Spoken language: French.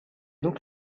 donc